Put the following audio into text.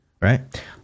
Right